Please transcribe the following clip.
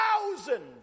thousand